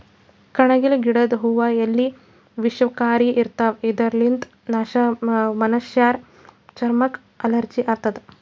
ಕಣಗಿಲ್ ಗಿಡದ್ ಹೂವಾ ಎಲಿ ವಿಷಕಾರಿ ಇರ್ತವ್ ಇದರ್ಲಿನ್ತ್ ಮನಶ್ಶರ್ ಚರಮಕ್ಕ್ ಅಲರ್ಜಿ ಆತದ್